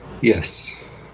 Yes